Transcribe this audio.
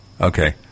Okay